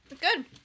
Good